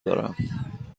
دارم